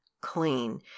clean